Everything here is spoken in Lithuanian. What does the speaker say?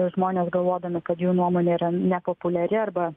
žmonės galvodami kad jų nuomonė yra nepopuliari arba